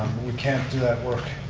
we can't do that work